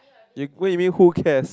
you what you mean who cares